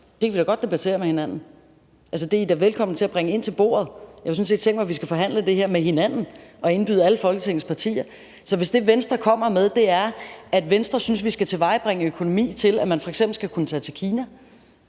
Det kan vi da godt debattere med hinanden. Altså, det er I da velkomne til at bringe ind til bordet. Jeg har jo sådan set tænkt mig, at vi skal forhandle det her med hinanden og indbyde alle Folketingets partier. Så hvis det, Venstre kommer med, er, at Venstre synes, at vi skal tilvejebringe en økonomi til, at man f.eks. skal kunne tage til Kina,